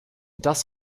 das